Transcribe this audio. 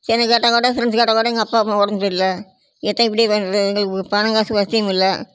சரின்னு கேட்டால் கூட ஃப்ரெண்ட்ஸ் கேட்டால் கூட எங்கள் அப்பா அம்மாவுக்கு உடம்பு சரியில்ல இப்படியே எங்களுக்கு பணங்காசு வசதியும் இல்லை